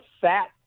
fat